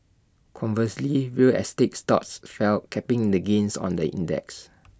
conversely real estate stocks fell capping the gains on the index